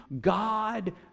God